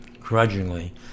grudgingly